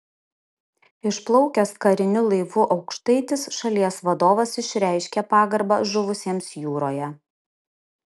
išplaukęs kariniu laivu aukštaitis šalies vadovas išreiškė pagarbą žuvusiems jūroje